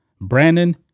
Brandon